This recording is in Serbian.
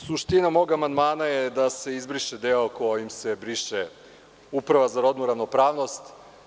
Suština mog amandmana je da se izbriše deo kojim se briše Uprava za rodnu ravnopravnost.